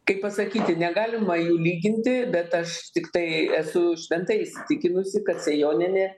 kaip pasakyti negalima jų lyginti bet aš tiktai esu šventai įsitikinusi kad sėjonienė